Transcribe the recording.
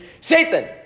Satan